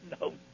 no